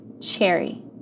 Cherry